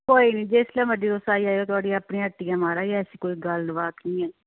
कोई नेईं जिसलै मर्जी तुस आई जाएओ थुआढ़ी अपनी हट्टी ऐ महाराज ऐसी कोई गल्लबात निं ऐ